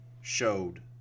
showed